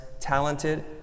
talented